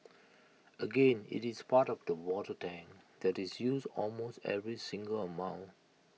again IT is part of the water tank that is used almost every single moment